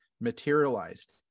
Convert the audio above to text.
materialized